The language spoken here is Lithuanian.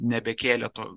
nebekėlė to